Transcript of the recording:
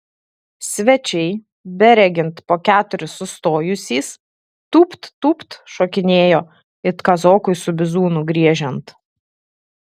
svečiai beregint po keturis sustojusys tūpt tūpt šokinėjo it kazokui su bizūnu griežiant